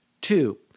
Two